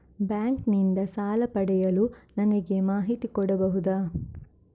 Bank ನಿಂದ ಸಾಲ ಪಡೆಯಲು ನನಗೆ ಮಾಹಿತಿ ಕೊಡಬಹುದ?